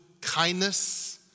kindness